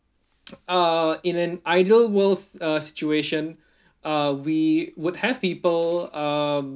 uh in an ideal worlds uh situation uh we would have people um